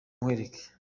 nkwereke